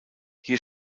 hier